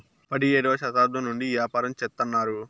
పడియేడవ శతాబ్దం నుండి ఈ యాపారం చెత్తన్నారు